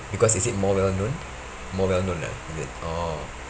because is it more well known more well known ah is it orh